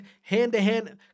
hand-to-hand